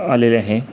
आलेले आहे